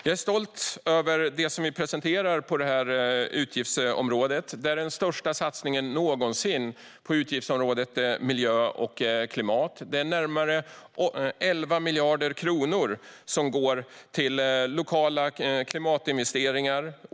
Jag är stolt över det som vi presenterar inom detta utgiftsområde. Det är den största satsningen någonsin på utgiftsområdet för miljö och klimat. Det handlar om närmare 11 miljarder kronor som går till lokala klimatinvesteringar.